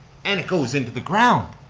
and it goes into the ground.